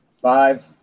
Five